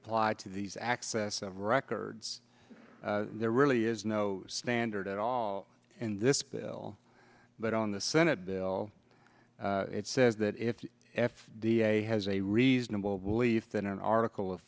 apply to these access of records there really is no standard at all in this bill but on the senate bill it says that if the f d a has a reasonable belief that an article of